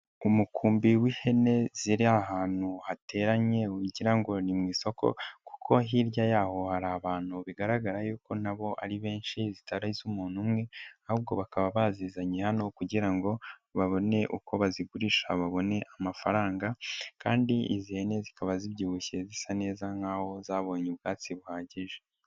Umukumbi w'ihene ziri ahantu hateranye ugira ngo ni mu isoko kuko hirya yaho hari abantu bigaragara yuko na bo ari benshi zitari iz'umuntu umwe ahubwo bakaba bazizanye hano kugira ngo babone uko bazigurisha babone amafaranga kandi izi hene zikaba zibyibushye, zisa neza nkaho zabonye ubwatsi buhagije.